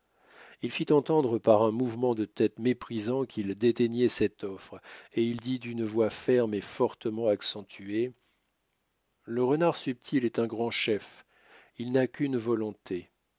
il fit entendre par un mouvement de tête méprisant qu'il dédaignait cette offre et il dit d'une voix ferme et fortement accentuée le renard subtil est un grand chef il n'a qu'une volonté